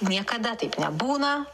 niekada taip nebūna